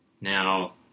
Now